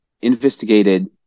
investigated